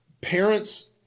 parents